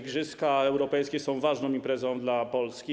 Igrzyska europejskie są ważną imprezą dla Polski.